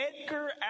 Edgar